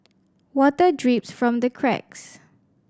water drips from the cracks